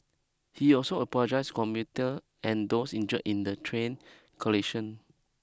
he also apologised commuter and those injured in the train